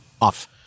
off